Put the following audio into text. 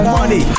Money